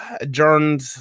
adjourned